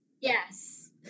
Yes